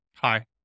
Hi